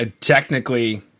technically